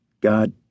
God